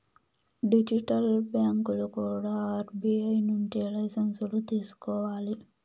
digital బ్యాంకులు కూడా RBI నుంచి లైసెన్సులు తీసుకోవాలి